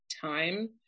time